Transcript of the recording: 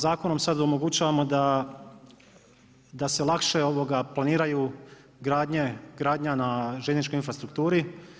Zakonom sada omogućavamo da se lakše planiraju gradnja na željezničkoj infrastrukturi.